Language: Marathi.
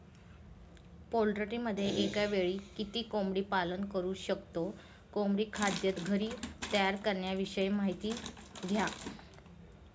पोल्ट्रीमध्ये एकावेळी किती कोंबडी पालन करु शकतो? कोंबडी खाद्य घरी तयार करण्याविषयी माहिती द्या